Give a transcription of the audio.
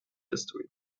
history